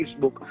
Facebook